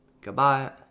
Goodbye